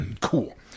cool